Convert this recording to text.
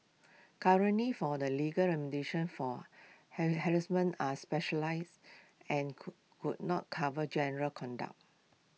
currently for the legal remediation for harassment are specialise and could could not cover general conduct